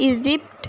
Egypt